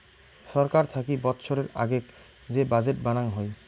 ছরকার থাকি বৎসরের আগেক যে বাজেট বানাং হই